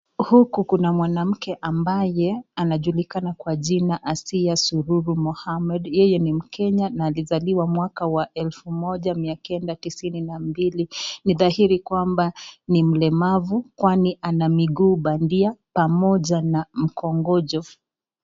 Huku kuna mwanamke ambaye anajulikana kwa jina Asia Sururu Mohammed. Yeye ni Mkenya na alizaliwa mwaka wa elfu moja miekenda tisini na mbili. Ni dhahiri kwamba ni mlemavu kwani ana miguu bandia pamoja na mkongoja.